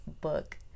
book